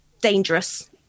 dangerous